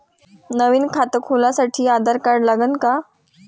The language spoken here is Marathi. नवीन खात खोलासाठी आधार कार्ड लागन का?